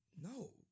no